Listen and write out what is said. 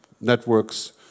networks